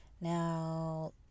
Now